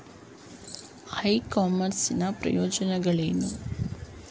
E commerce ನ ಪ್ರಯೋಜನಗಳೇನು?